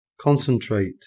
Concentrate